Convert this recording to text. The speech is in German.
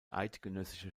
eidgenössische